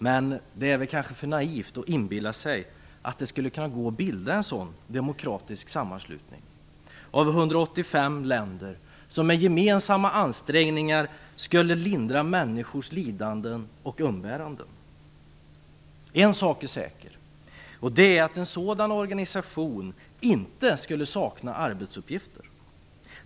Men det är väl kanske för naivt att inbilla sig att det skulle kunna gå att bilda en sådan demokratisk sammanslutning av 185 länder som med gemensamma ansträngningar skulle lindra människors lidanden och umbäranden. En sak är säker, och det är att en sådan organisation inte skulle sakna arbetsuppgifter.